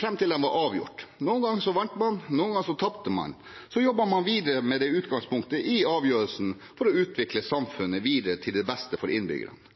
fram til de var avgjort. Noen ganger vant man, noen ganger tapte man. Så jobbet man videre med det utgangspunktet for å utvikle samfunnet til det beste for innbyggerne.